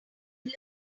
but